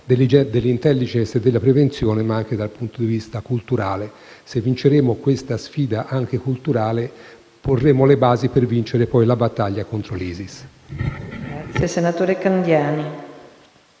dell'*intelligence* e della prevenzione, ma anche dal punto di vista culturale. Se vinceremo questa sfida anche culturale, porremo le basi per vincere poi la battaglia contro l'ISIS.